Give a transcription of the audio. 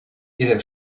era